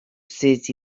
ces